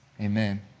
amen